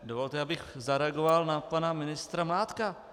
Dovolte, abych zareagoval na pana ministra Mládka.